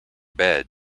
bed